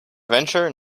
venture